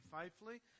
faithfully